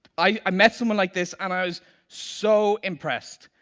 i i met someone like this and i was so impressed.